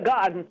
God